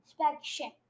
inspection